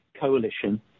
coalition